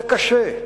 זה קשה.